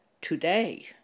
Today